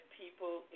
people